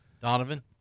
Donovan